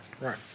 right